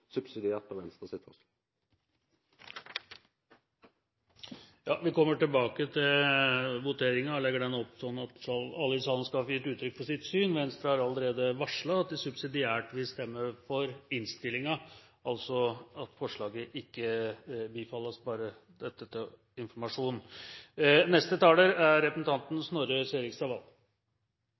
subsidiært på Venstres forslag. Vi kommer tilbake til voteringen og legger den opp sånn at alle i salen skal få gitt uttrykk for sitt syn. Venstre har allerede varslet at de subsidiært vil stemme for innstillingen, altså at forslaget ikke bifalles. Dette bare til informasjon. Det er